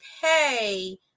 pay